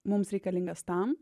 mums reikalingas tam